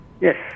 Yes